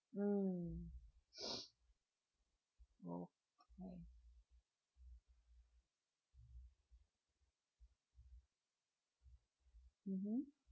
mm oh mmhmm